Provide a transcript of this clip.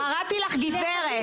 קראתי לך גברת.